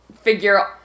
figure